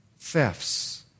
Thefts